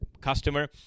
customer